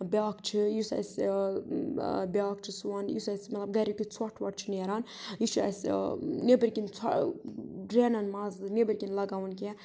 بیٛاکھ چھُ یُس بیاکھ چھُ سون یُس اَسہِ مطلب گَریُک یہِ ژھۄٹھ وۄٹھ چھُ نیران یہِ چھُ اَسہِ نیٚبٕرۍ کِنۍ ژھ ڈرٛینَن منٛز نٮ۪بٕرۍ کِنۍ لَگاوُن کیٚنٛہہ